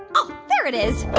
oh, there it is.